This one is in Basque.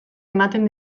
ematen